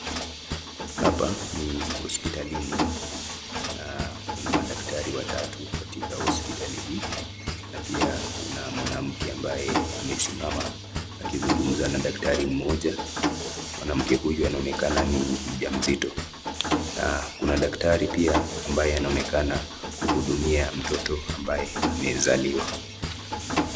Hapa ni hospitalini na kuna madaktari watatu katika hospitali hii na pia kuna mwanamke ambaye amesimama akizungumza na daktari mmoja. Mwanamke huyu anaonekana ni mjamzito na kuna daktari anaonekana pia kuhudumia mtoto ambaye amezaliwa.